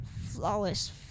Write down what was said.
Flawless